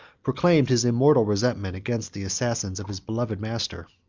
proclaimed his immortal resentment against the assassins of his beloved master.